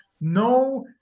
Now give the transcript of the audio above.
no